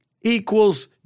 equals